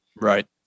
Right